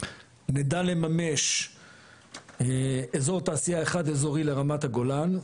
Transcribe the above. נדע לממש אזור תעשייה אחד אזורי לרמת הגולן,